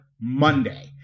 Monday